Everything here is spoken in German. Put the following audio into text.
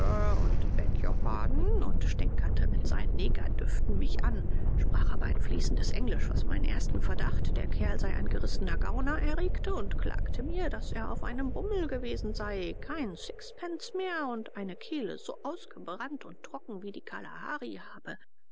pardon und stänkerte mit seinen negerdüften mich an sprach aber ein fließendes englisch was meinen ersten verdacht der kerl sei ein gerissener gauner erregte und klagte mir daß er auf einem bummel gewesen sei keinen sixpence mehr und eine kehle so ausgebrannt und trocken wie die kalahari habe